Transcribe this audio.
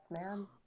man